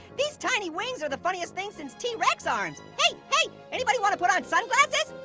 these tiny wings are the funniest things since t-rex arms. hey, hey, anybody wanna put on sunglasses?